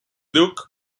luke